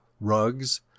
rugs